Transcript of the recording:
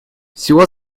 всего